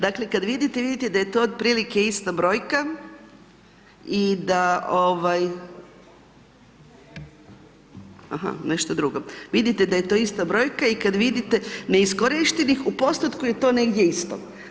Dakle, kad vidite, vidite da je to otprilike ista brojka i da ovaj, ah nešto drugo, vidite da je to ista brojka i kad vidite neiskorištenih u postotku je to negdje isto.